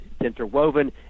interwoven